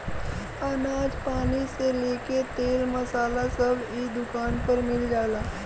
अनाज पानी से लेके तेल मसाला सब इ दुकान पर मिल जाला